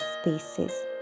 spaces